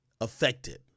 affected